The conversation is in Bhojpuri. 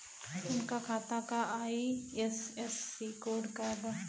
उनका खाता का आई.एफ.एस.सी कोड का बा?